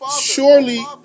surely